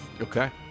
Okay